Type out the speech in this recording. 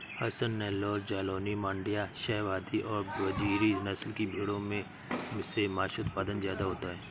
हसन, नैल्लोर, जालौनी, माण्ड्या, शाहवादी और बजीरी नस्ल की भेंड़ों से माँस उत्पादन ज्यादा होता है